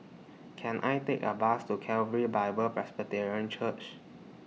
Can I Take A Bus to Calvary Bible Presbyterian Church